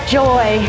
joy